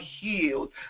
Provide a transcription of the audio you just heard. healed